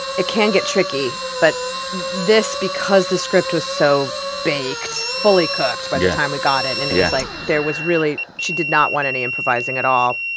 it can get tricky, but this because the script was so baked, fully-cooked by the time we got it, and it was, like, there was really she did not want any improvising at all,